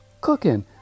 cooking